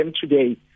today